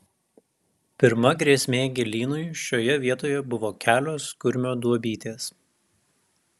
pirma grėsmė gėlynui šioje vietoje buvo kelios kurmio duobytės